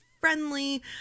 friendly